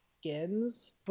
skins